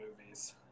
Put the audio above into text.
movies